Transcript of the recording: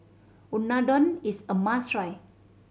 unadon is a must try